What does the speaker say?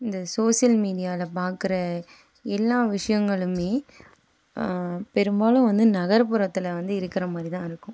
இந்த சோசியல் மீடியாவில் பார்க்குற எல்லா விஷயங்களுமே பெரும்பாலும் வந்து நகரப்புறத்தில் வந்து இருக்கிற மாதிரி தான் இருக்கும்